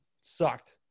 Sucked